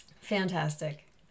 Fantastic